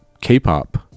k-pop